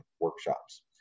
workshops